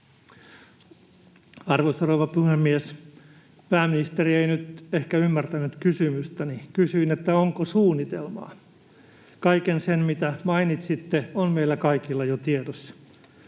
Arvoisa rouva puhemies! Pääministeri ei nyt ehkä ymmärtänyt kysymystäni. Kysyin, onko suunnitelmaa. Kaikki se, mitä mainitsitte, on meillä kaikilla jo tiedossa.